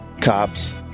cops